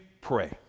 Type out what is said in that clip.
pray